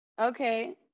Okay